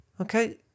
Okay